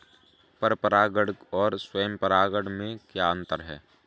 पर परागण और स्वयं परागण में क्या अंतर है?